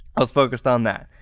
i was focused on that.